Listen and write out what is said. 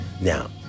Now